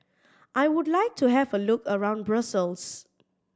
I would like to have a look around Brussels